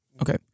Okay